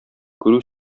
күрү